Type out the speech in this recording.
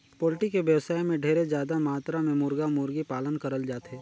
poultry के बेवसाय में ढेरे जादा मातरा में मुरगा, मुरगी पालन करल जाथे